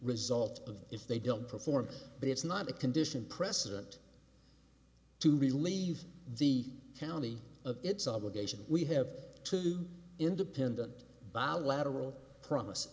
result of if they don't perform but it's not a condition precedent to believe the county of it's obligation we have two independent bilateral promises